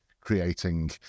creating